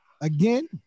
again